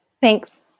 Thanks